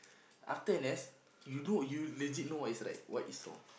after N_S you do you legit know what is right what is wrong